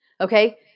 okay